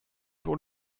pour